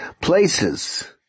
places